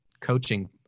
Coaching